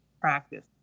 Practice